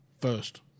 First